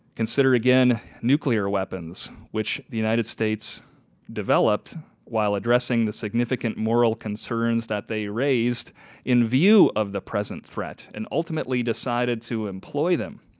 consider again nuclear weapons which the united states developed while addressing the significant moral concerns that they raised in view of the present threat and ultimately decided to employ them.